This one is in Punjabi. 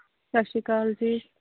ਸਤਿ ਸ਼੍ਰੀ ਅਕਾਲ ਜੀ